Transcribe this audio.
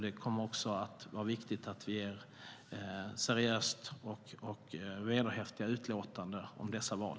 Det kommer också att vara viktigt att vi ger seriösa och vederhäftiga utlåtanden om dessa val.